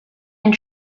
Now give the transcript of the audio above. and